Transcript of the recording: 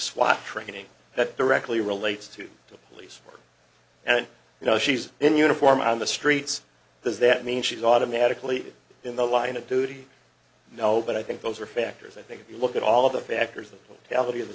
swat training that directly relates to the police force and you know she's in uniform on the streets does that mean she's automatically in the line of duty now but i think those are factors i think if you look at all of the factors that t